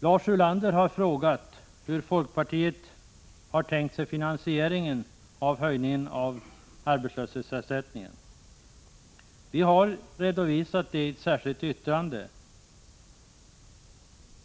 Lars Ulander har frågat hur folkpartiet har tänkt sig att höjningen av arbetslöshetsersättningen skall finansieras. Ja, vi har redogjort för vår uppfattning i ett särskilt yttrande.